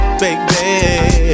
baby